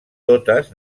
totes